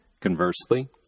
Conversely